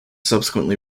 subsequently